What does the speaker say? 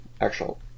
actual